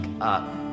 up